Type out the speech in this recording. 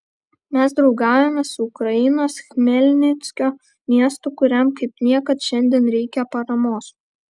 mes draugaujame su ukrainos chmelnickio miestu kuriam kaip niekad šiandien reikia paramos